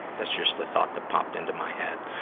that's just a thought that popped into my head,